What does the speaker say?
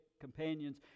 companions